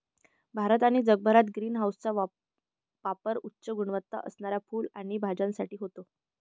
भारत आणि जगभरात ग्रीन हाऊसचा पापर उच्च गुणवत्ता असणाऱ्या फुलं आणि भाज्यांसाठी होतो